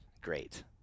great